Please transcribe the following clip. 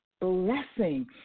blessing